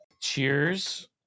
Cheers